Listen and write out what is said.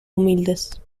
humildes